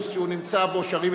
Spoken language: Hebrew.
מילואים נוספים),